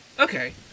okay